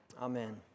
amen